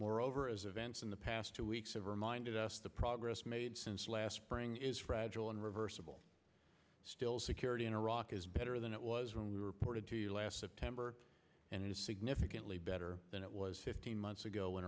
moreover as events in the past two weeks have reminded us the progress made since last spring is fragile and reversible still security in iraq is better than it was when we reported to you last september and it is significantly better than it was fifteen months ago when